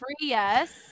yes